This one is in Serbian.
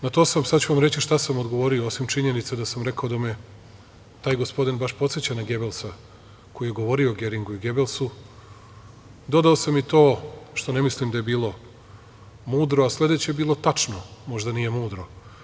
Na to sam, sad ću vam reći šta sam odgovorio, osim činjenica da sam rekao da me je taj gospodin baš podseća na Gebelsa, koji je govorio o Geringu i Gebelsu, dodao sam i to, što ne mislim da je bilo mudro, a sledeće je bilo tačno, možda nije mudro.